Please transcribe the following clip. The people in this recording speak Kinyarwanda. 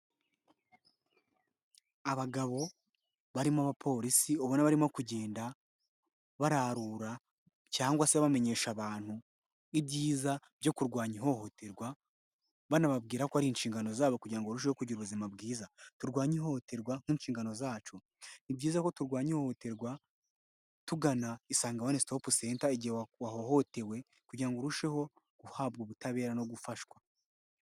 Abagabo barimo abapolisi ubona barimo kugenda bararura cyangwa se bamenyesha abantu ibyiza byo kurwanya ihohoterwa, banababwira ko ari inshingano zabo kugira ngo barusheho kugira ubuzima bwiza, turwanye ihohoterwa nk'inshingano zacu, ni byiza ko turwanya ihohoterwa tugana isange wani sitopu senta igihe wahohotewe kugira ngo urusheho guhabwa ubutabera no gufashwa.